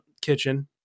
kitchen